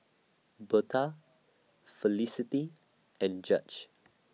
Birtha Felicity and Judge